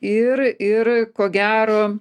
ir ir ko gero